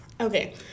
Okay